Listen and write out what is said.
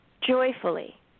joyfully